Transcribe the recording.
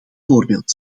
voorbeeld